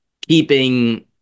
keeping